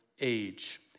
age